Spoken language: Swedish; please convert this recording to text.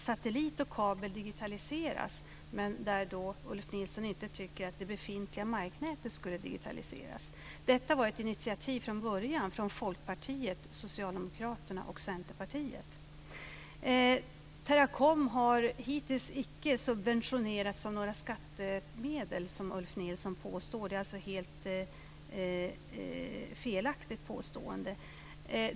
Satellit och kabel digitaliseras, men Ulf Nilsson tycker inte att det befintliga marknätet ska digitaliseras. Detta var från början ett initiativ från Folkpartiet, Teracom har hittills icke subventionerats av några skattemedel, som Ulf Nilsson påstår. Det är ett helt felaktigt påstående.